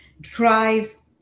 drives